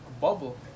Bubble